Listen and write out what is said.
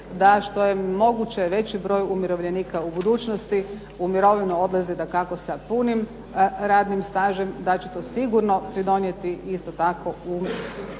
je što je moguće veći broj umirovljenika u budućnosti u mirovinu odlaze dakako sa punim radnim stažom, da će to sigurno pridonijeti isto tako u